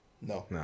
No